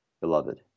beloved